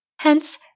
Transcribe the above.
Hence